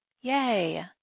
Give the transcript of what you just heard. yay